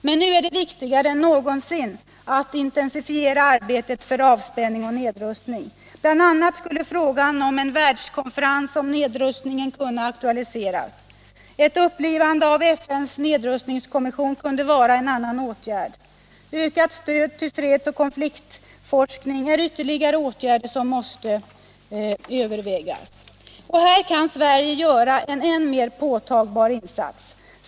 Men nu är det viktigare än någonsin att intensifiera arbetet för avspänning och nedrustning. BI. a. skulle frågan om en världskonferens om nedrustning kunna aktualiseras. Ett upplivande av FN:s nedrustningskommission kunde vara en annan åtgärd. Ökat stöd till fredsoch konfliktforskning är ytterligare åtgärder som måste övervägas. Och här kan Sverige göra en än mer påtagbar insats.